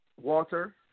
Walter